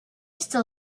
still